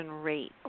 rate